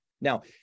Now